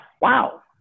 wow